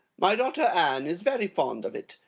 my daughter anne is very fond of it,